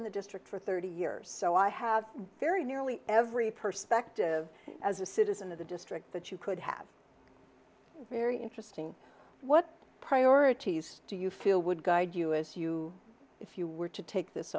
in the district for thirty years so i have very nearly every person beck to as a citizen of the district that you could have very interesting what priorities do you feel would guide us you if you were to take this